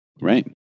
Right